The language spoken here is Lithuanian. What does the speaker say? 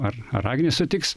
ar ar agnė sutiks